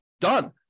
Done